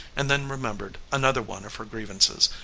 and then remembered another one of her grievances.